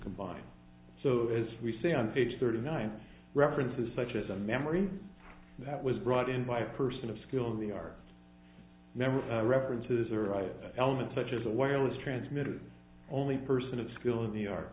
combine so as we see on page thirty nine references such as a memory that was brought in by a person of skill and we are never references or elements such as a wireless transmitter only person of skill in